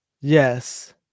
Yes